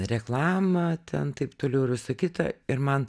reklamą ten taip toliau ir visa kita ir man